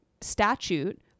statute